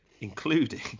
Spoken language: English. including